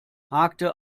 hakte